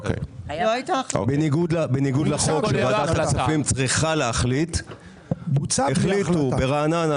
בניגוד לחוק שוועדת הכספים צריכה להחליט החליטו ברעננה